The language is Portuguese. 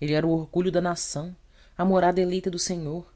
ele era o orgulho da nação a morada eleita do senhor